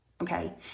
Okay